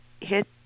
hit